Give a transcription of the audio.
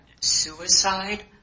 suicide